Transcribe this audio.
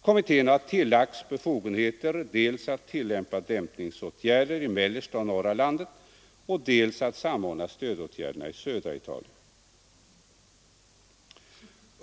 Kommittén har tillagts befogenhet dels att tillämpa dämpningsåtgärder i mellersta och norra Italien, dels att samordna stödåtgärderna i södra Italien.